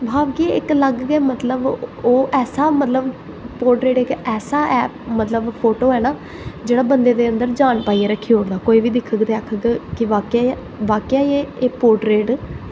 भाव केह् इक अलग गै मतलब ओह् ऐसा मतलब पोर्ट्रेट इक ऐसा फोटो ऐ ना जेह्ड़ा बंदे दे अन्दर जान पाइयै रक्खी ओड़दा कोई बी दिक्खग ते आखग कि वाकई एह् पोर्ट्रेट